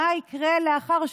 מה יקרה לאחר שההורים,